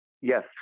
yes